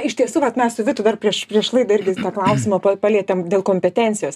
iš tiesų vat mes su vitu dar prieš prieš laidą irgi tą klausimą pa palietėm dėl kompetencijos